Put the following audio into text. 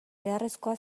beharrezkoa